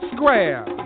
Square